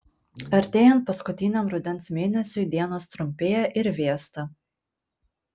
artėjant paskutiniam rudens mėnesiui dienos trumpėja ir vėsta